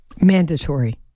Mandatory